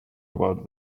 about